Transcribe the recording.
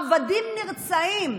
עבדים נרצעים,